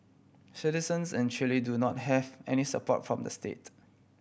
citizens in Chile do not have any support from the state